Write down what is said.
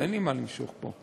אין לי מה למשוך פה.